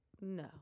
No